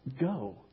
go